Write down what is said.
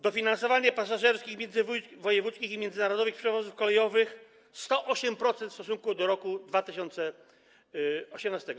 Dofinansowanie pasażerskich międzywojewódzkich i międzynarodowych przewozów kolejowych: 108% w stosunku do roku 2018.